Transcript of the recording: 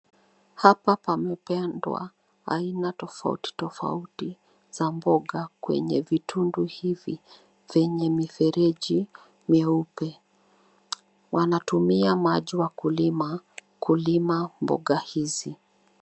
Hapa pamepandwa aina tofauti tofauti za mboga kwenye vitundu hivi vyenye mifereji myeupe. Wanatumia maji wakulima kulima mboga hizi.